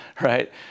right